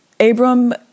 Abram